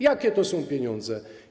Jakie to są pieniądze?